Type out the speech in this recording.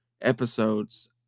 episodes